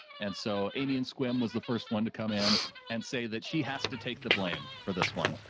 and so amy and swim was the first one to come in and say that she has to take the blame for this one.